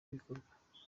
bikorwa